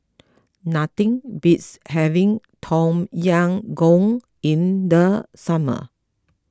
nothing beats having Tom Yam Goong in the summer